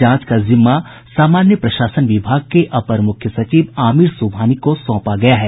जांच का जिम्मा सामान्य प्रशासन विभाग के अपर मुख्य सचिव आमिर सुबहानी को सौंपा गया है